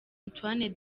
antoine